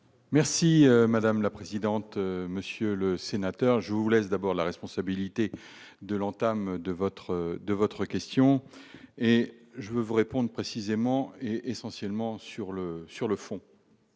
Merci madame la présidente, monsieur le sénateur, je vous laisse d'abord la responsabilité de l'entame de votre de votre question et je vais vous réponde précisément et essentiellement sur le sur